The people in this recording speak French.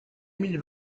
émile